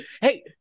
hey